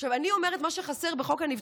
עכשיו, אני אומרת שמה שחסר בחוק הנבצרות